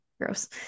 gross